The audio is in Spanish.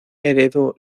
heredó